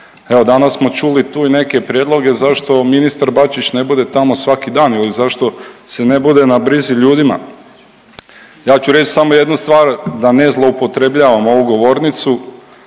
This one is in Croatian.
danas smo čuli tu i neke prijedloge zašto ministar Bačić na bude tamo svaki dan ili zašto se ne bude na brizi ljudima. Ja ću reći samo rednu stvar da ne zloupotrebljavam ovu govornicu,